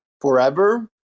forever